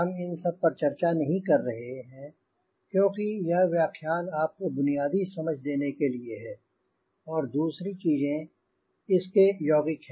हम इन सब पर चर्चा नहीं कर रहे हैं क्योंकि यह व्याख्यान आपको बुनियादी समझ देने के लिए है और दूसरी चीजें इसके यौगिक हैं